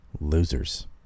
losers